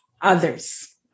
others